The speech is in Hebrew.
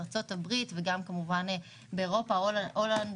ארצות הברית וכמובן גם אירופה הולנד,